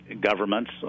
governments